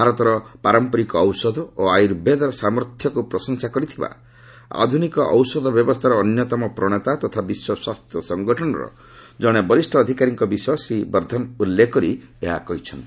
ଭାରତର ପାରମ୍ପରିକ ଔଷଧ ଓ ଆୟୁର୍ବେଦର ସାମର୍ଥ୍ୟକୁ ପ୍ରଶଂସା କରିଥିବା ଆଧୁନିକ ଔଷଧ ବ୍ୟବସ୍ଥାର ଅନ୍ୟତମ ପ୍ରଣେତା ତଥା ବିଶ୍ୱ ସ୍ୱାସ୍ଥ୍ୟ ସଙ୍ଗଠନର ଜଣେ ବରିଷ ଅଧିକାରୀଙ୍କ ବିଷୟ ଶୀ ବର୍ଦ୍ଧନ ଉଲ୍ଲେଖ କରିଛନ୍ତି ଏହା କହିଚ୍ଛନ୍ତି